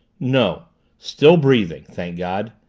no still breathing thank god!